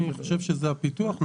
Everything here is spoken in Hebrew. אני חושב שזה הפיתוח.